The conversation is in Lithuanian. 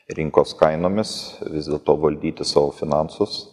rinkos kainomis vis dėlto valdyti savo finansus